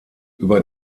über